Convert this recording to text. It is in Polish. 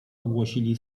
ogłosili